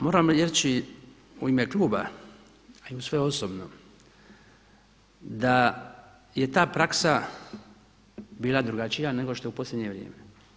Moram reći u ime Kluba, a i u svoje osobno da je ta praksa bila drugačija, nego što je u posljednje vrijeme.